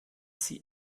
sie